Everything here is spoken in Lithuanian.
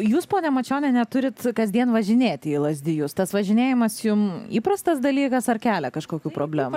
jūs pone mačioniene turit kasdien važinėti į lazdijus tas važinėjimas jum įprastas dalykas ar kelia kažkokių problemų